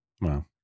wow